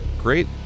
Great